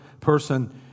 person